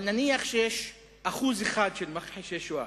אבל נניח שיש 1% של מכחישי שואה.